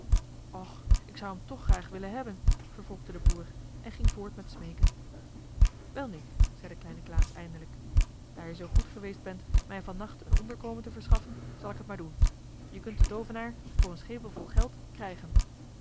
och ik zou hem toch graag willen hebben vervolgde de boer en ging voort met smeeken welnu zei de kleine klaas eindelijk daar je zoo goed geweest bent mij van nacht een onderkomen te verschaffen zal ik het maar doen je kunt den toovenaar voor een schepel vol geld krijgen